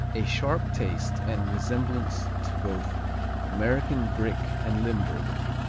a sharp taste and resemblance to both american brick and limburger.